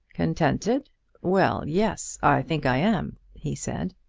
contented well yes i think i am, he said.